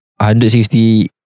160